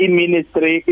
ministry